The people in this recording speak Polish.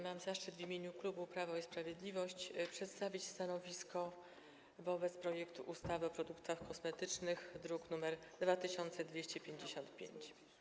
Mam zaszczyt w imieniu klubu Prawo i Sprawiedliwość przedstawić stanowisko wobec projektu ustawy o produktach kosmetycznych, druk nr 2556.